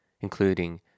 including